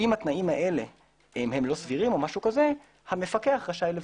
אם התנאים הללו אינם סבירים, המפקח רשאי לבטל.